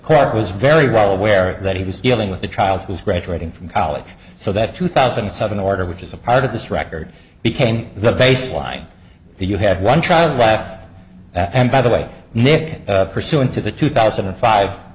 court was very well aware that he was dealing with a child who is graduating from college so that two thousand and seven order which is a part of this record became the baseline you had one child left and by the way nick pursuant to the two thousand and five